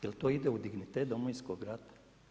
Jel' to ide u dignitet Domovinskog rata?